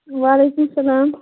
وعلیکُم اسلام